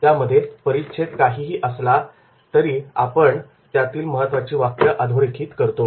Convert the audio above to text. त्यामुळे परिच्छेद काहीही असला तरी आपण त्यातील महत्त्वाची वाक्य अधोरेखित करतो